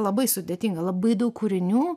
labai sudėtinga labai daug kūrinių